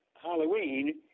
Halloween